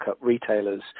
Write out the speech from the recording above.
retailers